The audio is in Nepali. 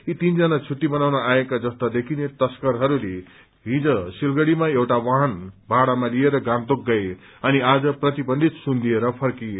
यी तीनजना छुट्टी मनाउन आएका जस्ता देखिने तस्करहरूले हिज सिलगढ़ीमा एउटा वाहन भाड़ामा लिएर गान्तोक गए अनि आज प्रतिबन्धित सुन लिएर फर्किए